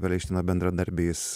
perelšteino bendradarbiais